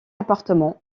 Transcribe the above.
appartement